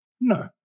No